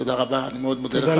תודה רבה, אני מאוד מודה לך.